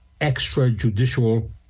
extrajudicial